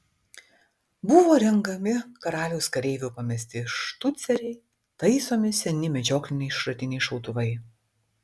buvo renkami karaliaus kareivių pamesti štuceriai taisomi seni medžiokliniai šratiniai šautuvai